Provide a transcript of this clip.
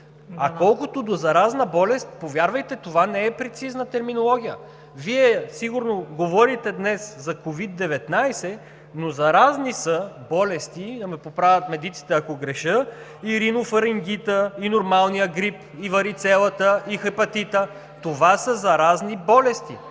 А колкото до заразна болест, повярвайте, това не е прецизна терминология. Вие сигурно говорите днес за COVID-19, но заразни са болести, да ме поправят медиците, ако греша, и ринофарингитът, и нормалният грип, и варицелата, и хепатитът. (Шум и реплики.) Това са заразни болести